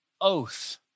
oath